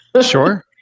Sure